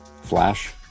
Flash